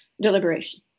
deliberation